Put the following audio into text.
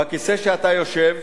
על הכיסא שאתה יושב